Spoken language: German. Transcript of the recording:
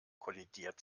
kollidiert